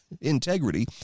integrity